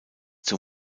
zur